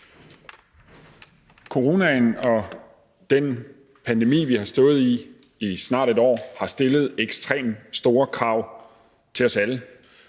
Coronaen og den pandemi, vi har stået i i snart et år, har stillet ekstremt store krav til os alle.